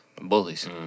Bullies